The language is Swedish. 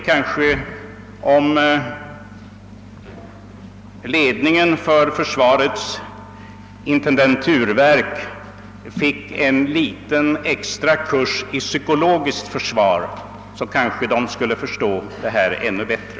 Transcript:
Men vem vet om ledningen för försvarets intendenturverk fick en liten extra kurs i psykologiskt försvar, skulle den kanske förstå detta ännu bättre!